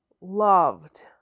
loved